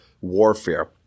warfare